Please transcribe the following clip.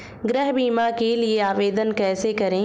गृह बीमा के लिए आवेदन कैसे करें?